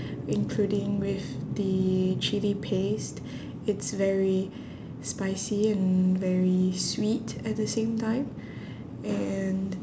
including with the chilli paste it's very spicy and very sweet at the same time and